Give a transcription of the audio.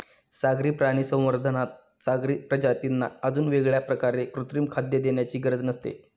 सागरी प्राणी संवर्धनात सागरी प्रजातींना अजून वेगळ्या प्रकारे कृत्रिम खाद्य देण्याची गरज नसते